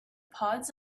pods